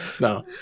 no